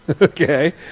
okay